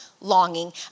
longing